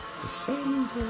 December